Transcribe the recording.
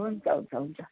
हुन्छ हुन्छ हुन्छ